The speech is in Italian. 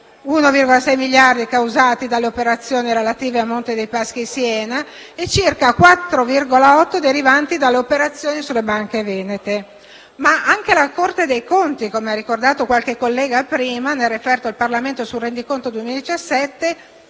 (1,6 miliardi di euro causati dalle operazioni relative al Monte dei Paschi di Siena e circa 4,8 miliardi di euro derivanti dalle operazioni sulle banche venete). Ma anche la Corte dei conti - come ha ricordato qualche collega prima - nel referto al Parlamento sul rendiconto 2017,